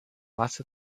masse